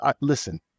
Listen